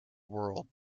world